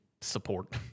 support